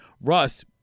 Russ